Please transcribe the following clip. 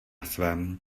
svém